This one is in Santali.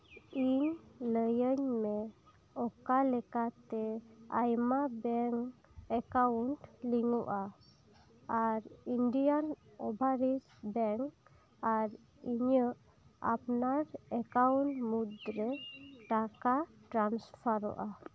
ᱤᱧ ᱞᱟᱹᱭᱟᱹᱧ ᱢᱮ ᱚᱠᱟᱞᱮᱠᱟᱛᱮ ᱟᱭᱢᱟ ᱵᱮᱝᱠ ᱮᱠᱟᱣᱩᱱᱴᱤᱧ ᱞᱤᱝᱠ ᱟ ᱟᱨ ᱤᱱᱰᱤᱭᱟᱱ ᱳᱵᱷᱟᱨᱥᱤᱡ ᱵᱮᱝᱠ ᱟᱨ ᱤᱧᱟᱜ ᱟᱯᱱᱟᱨ ᱮᱠᱟᱣᱩᱱᱴ ᱢᱩᱫᱨᱮ ᱴᱟᱠᱟ ᱴᱨᱟᱱᱥᱯᱷᱟᱨᱚᱜᱼᱟ